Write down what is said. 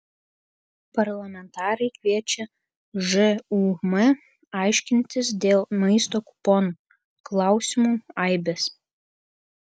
parlamentarai kviečia žūm aiškintis dėl maisto kuponų klausimų aibės